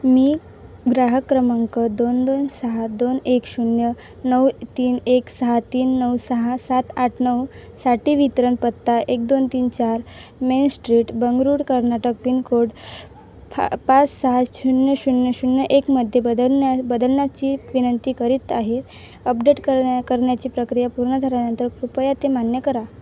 मी ग्राहक क्रमांक दोन दोन सहा दोन एक शून्य नऊ तीन एक सहा तीन नऊ सहा सात आठ नऊ साठी वितरण पत्ता एक दोन तीन चार main street Bengaluru Karnataka pin code पाच सहा शून्य शून्य शून्य एकमध्ये बदलण्या बदलण्याची विनंती करीत आहे अपडेट करण्या करण्याची प्रक्रिया पूर्ण झाल्यानंतर कृपया ते मान्य करा